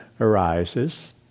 arises